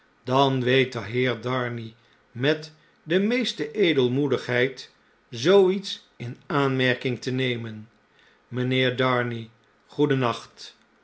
dan weet de heer darnay met de meeste edelmoedigheid zoo iets in aanmerking te jiemen mijnheer darnay